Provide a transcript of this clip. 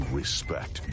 respect